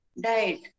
Diet